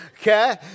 Okay